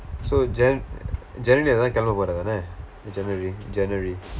so jan january இல்ல தானே கிளம்ப போறே தானே:illa thaanee kilampa pooree thaanee january january